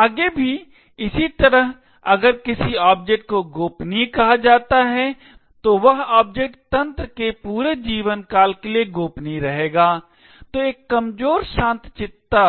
आगे भी इसी तरह अगर किसी ऑब्जेक्ट को गोपनीय कहा जाता है तो वह ऑब्जेक्ट तंत्र के पूरे जीवनकाल के लिए गोपनीय रहेगा तो एक कमजोर शांतचित्तता